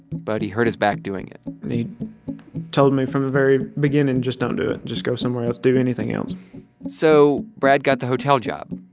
but he hurt his back doing it and he told me from the very beginning, just don't do it. just go somewhere else. do anything else so brad got the hotel job.